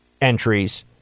Entries